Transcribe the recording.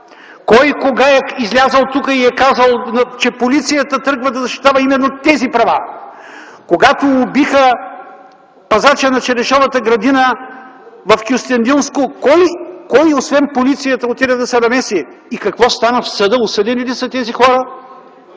Кой и кога е излязъл тук и е казал, че полицията тръгва да защитава именно тези права? Когато убиха пазача на черешовата градина в Кюстендилско, кой, освен полицията, отиде да се намеси и какво стана в съда? Осъдени ли са тези хора?!